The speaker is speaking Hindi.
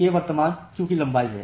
k वर्तमान क्यू की लंबाई है